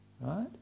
right